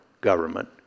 government